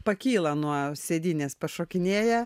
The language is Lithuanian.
pakyla nuo sėdynės pašokinėję